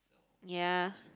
ya